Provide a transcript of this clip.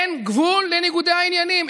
אין גבול בניגודי העניינים?